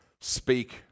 speak